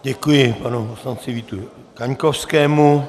Děkuji panu poslanci Vítu Kaňkovskému.